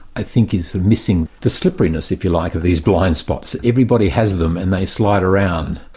i think is missing the slipperiness if you like of these blind spots. everybody has them and they slide around.